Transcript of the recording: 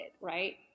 Right